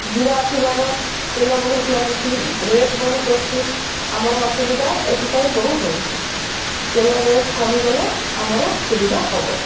ଯିବା ଆସିବାର ତେଲ ବହୁତ ଲାଗୁଛି ରେଟ୍ ବହୁତ ଅଛି ଆମର ଅସୁବିଧା ଏଥିପାଇଁ ବହୁତ ହେଉଛିି ତେଲ ରେଟ୍ କମିଗଲେ ଆମର ସୁବିଧା ହେବ